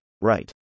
right